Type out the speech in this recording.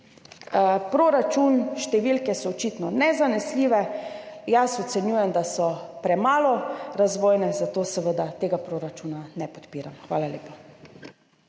proračunu so očitno nezanesljive. Jaz ocenjujem, da so premalo razvojne, zato seveda tega proračuna ne podpiram. Hvala lepa.